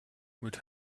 would